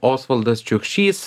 osvaldas čiukšys